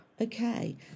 Okay